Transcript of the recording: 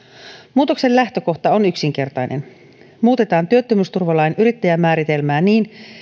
muutoksen lähtökohta on yksinkertainen muutetaan työttömyysturvalain yrittäjämääritelmää niin